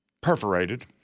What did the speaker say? perforated